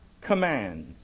commands